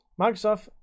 Microsoft